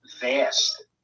vast